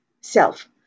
self